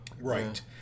Right